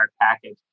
package